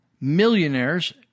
millionaires